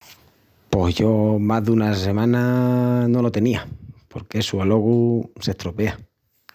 Pos yo más duna semana no lo tenía porque essu alogu s'estropea.